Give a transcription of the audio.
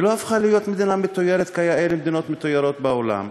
היא לא הפכה למדינה מתוירת כיאה למדינות מתוירות בעולם,